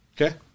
Okay